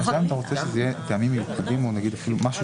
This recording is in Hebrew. אתה רוצה שזה יהיה טעמים מיוחדים או אפילו משהו